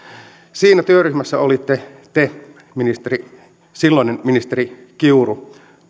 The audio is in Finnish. siinä työryhmässä olitte te silloinen ministeri kiuru